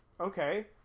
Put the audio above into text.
Okay